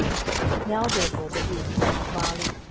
now therefore the wheat, and the barley,